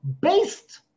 based